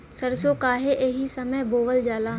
सरसो काहे एही समय बोवल जाला?